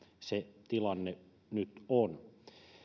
se tilanne nyt on